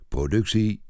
Productie